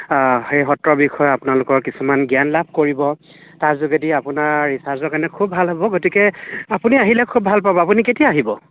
সেই সত্ৰৰ বিষয়ে আপোনালোকৰ কিছুমান জ্ঞান লাভ কৰিব তাৰ যোগেদি আপোনাৰ ৰিচাৰ্ছৰ কাৰণে খুব ভাল হ'ব গতিকে আপুনি আহিলে খুব ভাল পাব আপুনি কেতিয়া আহিব